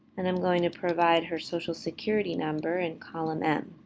and i'm going to provide her social security number in column m.